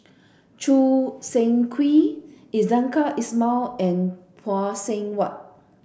Choo Seng Quee Iskandar Ismail and Phay Seng Whatt